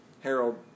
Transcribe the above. Harold